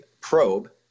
probe